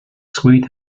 sweet